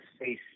face